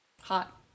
Hot